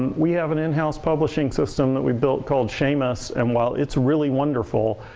we have an in-house publishing system that we built called seamus and while it's really wonderful,